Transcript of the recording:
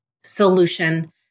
solution